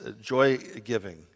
joy-giving